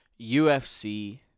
UFC